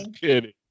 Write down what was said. kidding